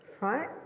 Right